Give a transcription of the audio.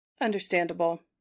Understandable